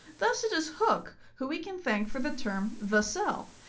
thus it is hooke who we can thank for the term the cell,